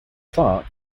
clark